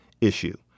issue